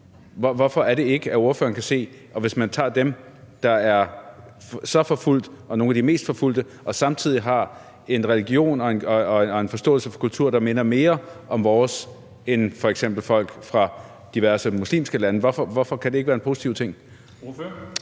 Hvorfor er det, at ordføreren ikke kan se det? Og hvis man tager dem, der er så forfulgt, nogle af de mest forfulgte, og som samtidig har en religion og en forståelse for kultur, der minder mere om vores end om den, som f.eks. folk fra diverse muslimske lande har, hvorfor kan det ikke være en positiv ting?